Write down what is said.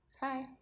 Hi